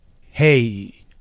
Hey